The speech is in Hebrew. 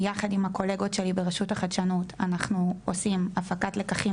יחד עם הקולגות שלי ברשות החדשנות אנחנו עושים הפקת לקחים